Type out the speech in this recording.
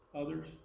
others